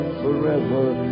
forever